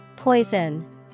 Poison